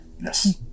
Yes